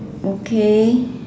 okay